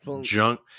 junk